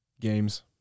games